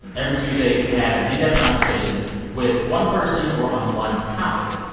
every tuesday we have an in-depth conversation with one person or on one topic.